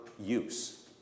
use